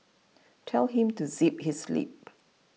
tell him to zip his lip